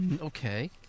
Okay